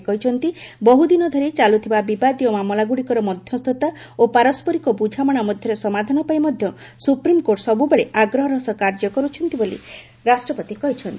ସେ କହିଛନ୍ତି ବହୁଦିନ ଧରି ଚାଲୁଥିବା ବିବାଦୀୟ ମାମଲାଗୁଡିକର ମଧ୍ୟସ୍ଥତା ଓ ପାରସ୍କରିକ ବୁଝାମଣା ମଧ୍ୟରେ ସମାଧାନ ପାଇଁ ମଧ୍ୟ ସୁପ୍ରିମକୋର୍ଟ ସବୁବେଳେ ଆଗ୍ରହର ସହ କାର୍ଯ୍ୟ କରୁଛନ୍ତି ବୋଲି ରାଷ୍ଟ୍ରପତି କହିଚ୍ଛନ୍ତି